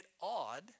odd